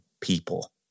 people